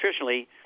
nutritionally